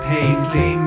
Paisley